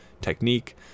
technique